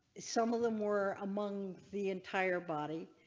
some of them were among the entire body.